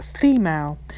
female